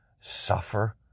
suffer